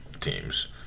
teams